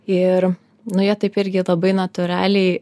ir nu jie taip irgi labai natūraliai